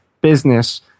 business